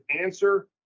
answer